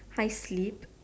I sleep